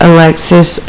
Alexis